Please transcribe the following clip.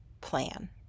plan